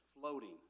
floating